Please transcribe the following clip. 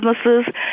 businesses